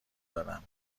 دارم